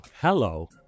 Hello